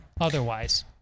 otherwise